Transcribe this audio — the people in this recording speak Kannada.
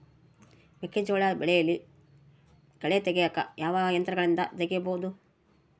ಮೆಕ್ಕೆಜೋಳ ಬೆಳೆಯಲ್ಲಿ ಕಳೆ ತೆಗಿಯಾಕ ಯಾವ ಯಂತ್ರಗಳಿಂದ ತೆಗಿಬಹುದು?